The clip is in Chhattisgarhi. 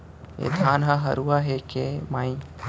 ए धान ह हरूना हे के माई?